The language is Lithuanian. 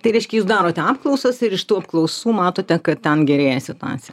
tai reiškia jūs darote apklausas ir iš tų apklausų matote kad ten gerėja situacija